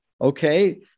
Okay